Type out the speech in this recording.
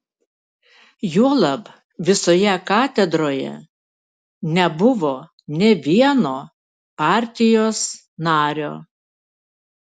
juolab visoje katedroje nebuvo nė vieno partijos nario